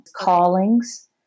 Callings